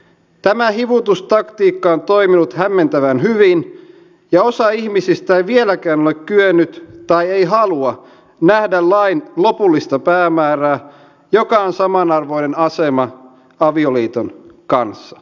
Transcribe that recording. tämä hivutustaktiikka on toiminut hämmästyttävän hyvin ja osa ihmisistä ei vieläkään ole kyennyt tai ei halua nähdä lain lopullista päämäärää joka on samanarvoinen asema avioliiton kanssa